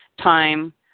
time